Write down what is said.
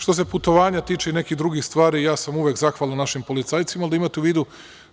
Što se putovanja tiče i nekih drugih stvari, ja sam uvek zahvalan našim policajcima, ali da imate u vidu